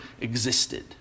existed